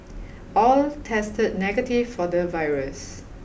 all tested negative for the virus